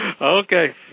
Okay